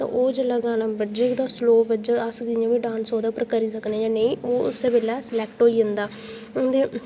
ते जेल्लै ओह् गाना बज्जग ते स्लो बज्जग ते अस जि'न्ने बी ओह्दे पर डांस करी सकने जां नेईं ओह् उस्सै बेल्लै सलैक्ट होई जंदा ते